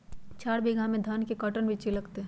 चार बीघा में धन के कर्टन बिच्ची लगतै?